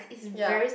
ya